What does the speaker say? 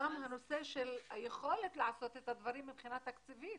גם הנושא של היכולת לעשות את הדברים מבחינה תקציבית.